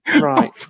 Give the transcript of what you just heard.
Right